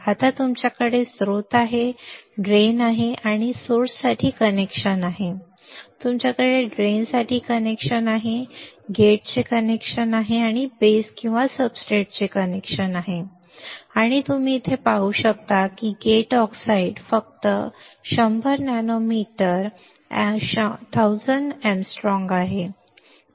आता तुमच्याकडे स्त्रोत आहेत तुमच्याकडे ड्रेन आहे तुमच्याकडे स्त्रोतासाठी कनेक्शन आहे तुमच्याकडे ड्रेनसाठी कनेक्शन आहे तुमच्याकडे गेटचे कनेक्शन आहे तुमच्याकडे तुमचे बेस किंवा सबस्ट्रेटचे कनेक्शन आहे आणि तुम्ही इथे पाहू शकता की गेट ऑक्साईड फक्त 100 नॅनोमीटर 1000 अँगस्ट्रॉम आहे